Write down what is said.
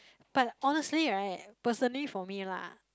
but honestly right personally for me lah